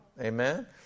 Amen